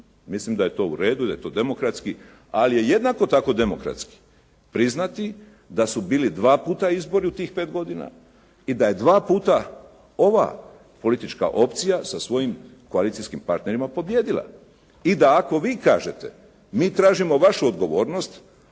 Mislim da je to uredu, da je to demokratski, ali je jednako tako demokratski priznati da su bili dva puta izbori u tih 5 godina i da je dva puta ova politička opcija sa svojim koalicijskim partnerima pobijedila. I da ako vi kažete, mi tražimo vašu odgovornost,